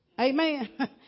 Amen